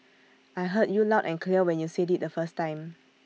I heard you loud and clear when you said IT the first time